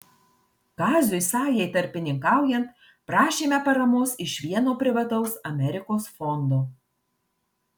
kaziui sajai tarpininkaujant prašėme paramos iš vieno privataus amerikos fondo